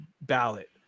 ballot